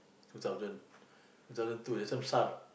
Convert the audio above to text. two thousand two thousand two that time S_A_R_S